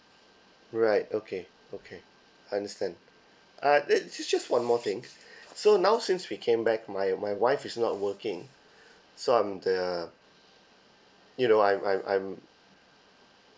right okay okay I understand uh there's just one more thing so now since we came back my my wife is not working so I'm the you know I'm I'm I'm